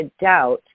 doubt